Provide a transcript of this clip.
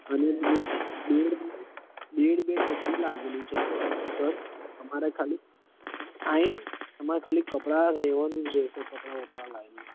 અને bed bed bed bed બધું જ લાગેલું છે સર તમારે ખાલી આવીને તમારે ખાલી કપડા રહેવાનું જ રહેશે કપડાં વપડા લાવીને